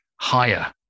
higher